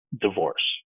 divorce